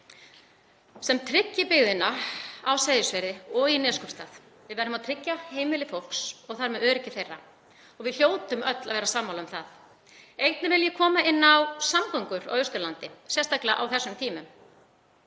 sem tryggir byggðina á Seyðisfirði og í Neskaupstað. Við verðum að tryggja heimili fólks og þar með öryggi þess og við hljótum öll að vera sammála um það. Einnig vil ég koma inn á samgöngur á Austurlandi, sérstaklega á þessum tímum.